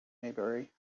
maybury